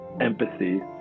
empathy